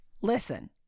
listen